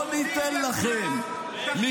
אבל אנחנו לא ניתן לכם -- השר לוין,